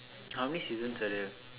how many seasons are there